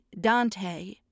Dante